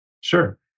Sure